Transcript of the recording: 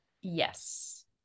yes